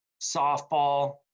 softball